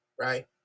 right